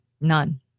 None